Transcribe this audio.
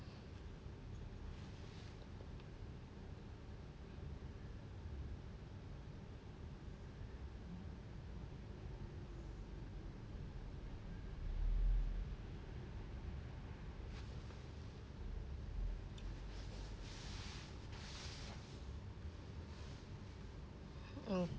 hmm